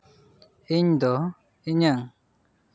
ᱤᱧ ᱫᱚ ᱤᱧᱟᱹᱜ